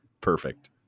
perfect